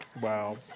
Wow